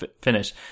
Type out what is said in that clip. finish